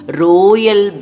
royal